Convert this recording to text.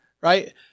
right